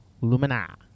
Lumina